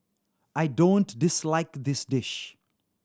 I don't dislike this dish